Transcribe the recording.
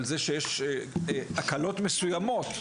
על זה שיש הקלות מסוימות.